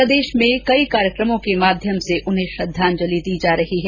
प्रदेश में कई कार्यक्रमों के माध्यम से उन्हें श्रद्वाजलि दी जा रही है